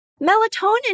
Melatonin